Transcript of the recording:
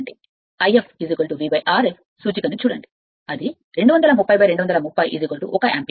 ∅ V Rf సూచికను చూడండి అది 230 230 1 యాంపియర్